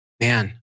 Man